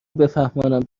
بفهمانم